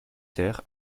terre